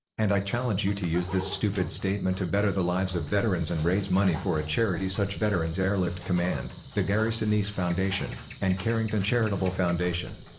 and i challenge you to use this stupid statement to better the lives of veterans and raise money for a charities such veterans airlift command, the gary sinise foundation, and carrington charitable foundation.